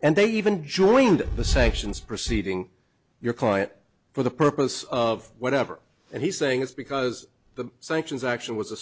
and they even joined the sanctions proceeding your client for the purpose of whatever and he's saying it's because the sanctions action was a